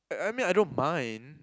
I I mean I don't mind